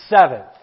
seventh